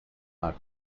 are